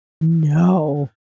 No